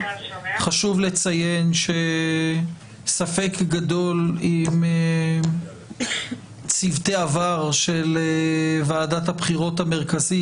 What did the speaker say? חשוב לציין שספק גדול אם צוותי העבר של ועדת הבחירות המרכזית,